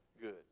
good